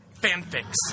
fanfics